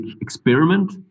experiment